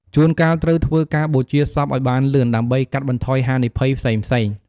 ជួនកាលត្រូវធ្វើការបូជាសពឲ្យបានលឿន ដើម្បីកាត់បន្ថយហានិភ័យផ្សេងៗ។